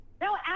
No